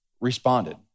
responded